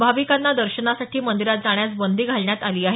भाविकांना दर्शनासाठी मंदीरात जाण्यास बंदी घालण्यात आली आहे